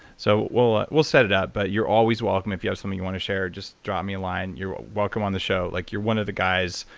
so we'll ah we'll set it up, but you're always welcome. if there's you know something you want to share, just drop me a line. you're welcome on the show like you're one of the guys.